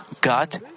God